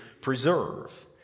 preserve